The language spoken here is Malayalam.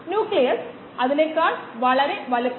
നമുക്ക് പായ്ക്ക് ചെയ്ത സെൽ വോളിയം എന്ന് വിളിക്കാം